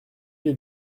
les